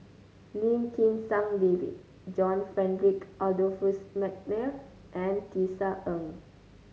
Lim Kim San David John Frederick Adolphus McNair and Tisa Ng